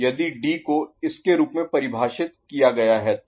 यदि डी को इस के रूप में परिभाषित किया गया है तो